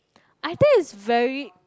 I think is very